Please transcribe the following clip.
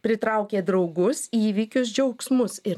pritraukė draugus įvykius džiaugsmus ir